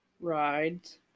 Rides